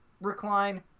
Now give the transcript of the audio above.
recline